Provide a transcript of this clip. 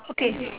okay